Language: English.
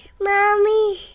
mommy